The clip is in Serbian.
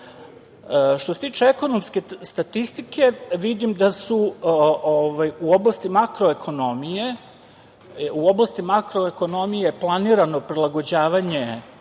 se tiče ekonomske statistike vidim da su u oblasti marko ekonomije planirano prilagođavanje